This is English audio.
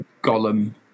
Gollum